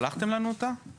שלחתם לנו אותה?